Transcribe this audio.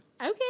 Okay